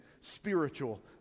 spiritual